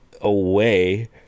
away